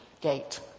gate